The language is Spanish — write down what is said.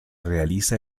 realiza